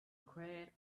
crate